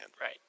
Right